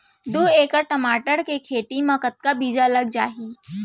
दू एकड़ टमाटर के खेती मा कतका बीजा लग जाही?